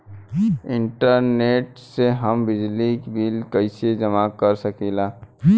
Internet से हम बिजली बिल कइसे जमा कर सकी ला?